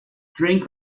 drink